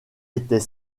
était